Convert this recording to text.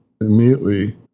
immediately